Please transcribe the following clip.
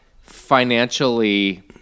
financially